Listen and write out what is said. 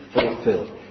fulfilled